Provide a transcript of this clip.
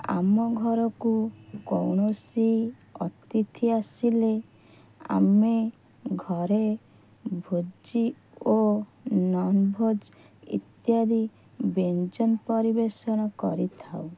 ଆମ ଘରକୁ କୌଣସି ଅତିଥି ଆସିଲେ ଆମେ ଘରେ ଭୋଜି ଓ ନନଭେଜ୍ ଇତ୍ୟାଦି ବ୍ୟଞ୍ଜନ ପରିବେଷଣ କରିଥାଉ